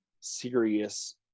serious